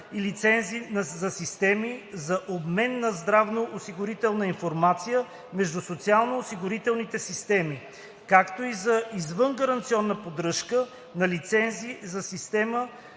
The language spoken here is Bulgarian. и лицензи за системата за обмен на здравноосигурителна информация между социално-осигурителните системи, както и за извънгаранционна поддръжка и лицензи за „Система